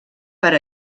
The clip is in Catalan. per